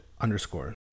underscore